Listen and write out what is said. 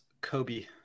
Kobe